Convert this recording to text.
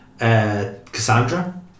Cassandra